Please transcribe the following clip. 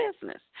business